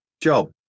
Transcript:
job